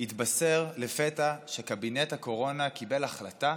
התבשר לפתע שקבינט הקורונה קיבל החלטה